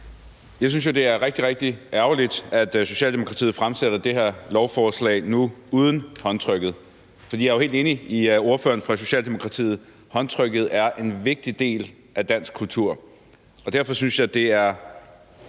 Jeg synes jo, det er rigtig, rigtig ærgerligt, at Socialdemokratiet nu fremsætter det her lovforslag uden håndtrykket, for jeg er jo helt enig med ordføreren for Socialdemokratiet i, at håndtrykket er en vigtig del af dansk kultur. Og derfor synes jeg, det er